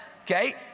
Okay